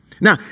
Now